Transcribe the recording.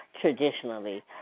traditionally